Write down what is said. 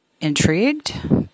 Intrigued